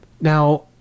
Now